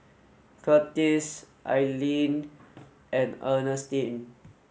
Curtis Alleen and Earnestine